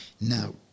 Now